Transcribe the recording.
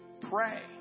pray